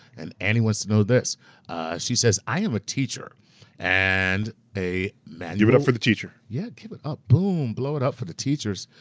and annie wants to know this she says, i am a teacher and a give it up for the teacher. yeah, give it up, boom, blow it up for the teachers.